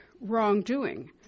wrongdoing